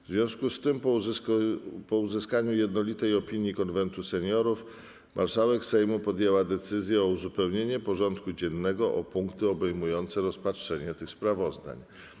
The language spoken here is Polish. W związku z tym, po uzyskaniu jednolitej opinii Konwentu Seniorów, marszałek Sejmu podjęła decyzję o uzupełnieniu porządku dziennego o punkty obejmujące rozpatrzenie tych sprawozdań.